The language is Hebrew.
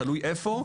תלוי איפה,